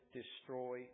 destroy